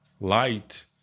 light